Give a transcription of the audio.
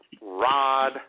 Rod